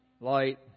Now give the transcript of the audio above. light